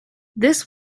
this